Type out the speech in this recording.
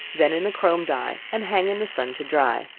then in the chrome dye, and hang in the sun to dry.